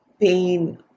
pain